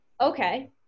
Okay